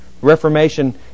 Reformation